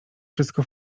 wszystko